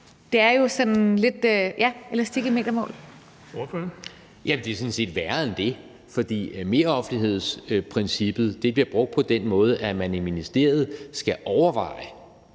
Kl. 11:06 Jan E. Jørgensen (V): Ja, det er sådan set værre end det. For meroffentlighedsprincippet bliver brugt på den måde, at man i ministeriet skal overveje,